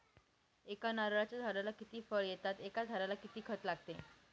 एका नारळाच्या झाडाला किती फळ येतात? एका झाडाला किती खत लागते?